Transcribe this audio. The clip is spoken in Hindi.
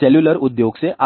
सेलुलर उद्योग से आया था